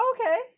Okay